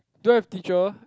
don't have teacher